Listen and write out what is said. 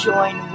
Join